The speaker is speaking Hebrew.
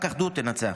רק אחדות תנצח.